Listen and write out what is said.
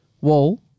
wall